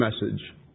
message